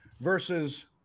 versus